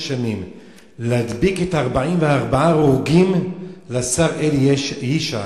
ימים להדביק את 44 ההרוגים לשר אלי ישי.